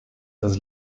has